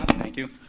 thank you.